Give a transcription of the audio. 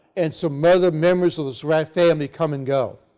and some other members of the surratt family come and go.